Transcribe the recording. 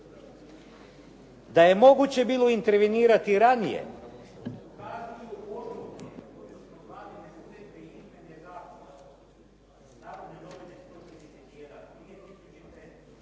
Da je moguće bilo intervenirati ranije